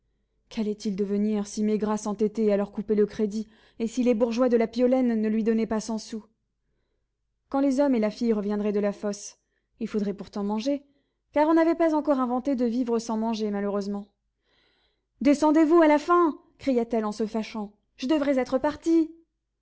quallaient ils devenir si maigrat s'entêtait à leur couper le crédit et si les bourgeois de la piolaine ne lui donnaient pas cent sous quand les hommes et la fille reviendraient de la fosse il faudrait pourtant manger car on n'avait pas encore inventé de vivre sans manger malheureusement descendez vous à la fin cria-t-elle en se fâchant je devrais être partie